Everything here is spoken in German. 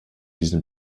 diesen